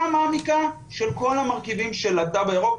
מעמיקה של כל המרכיבים של התו הירוק.